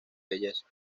belleza